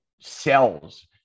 cells